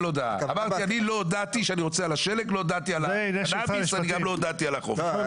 הודעה אבל אני לא הודעתי לגבי השלג וגם לא הודעתי על החוב.